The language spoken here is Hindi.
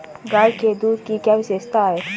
गाय के दूध की क्या विशेषता है?